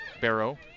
Barrow